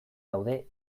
daude